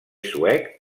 suec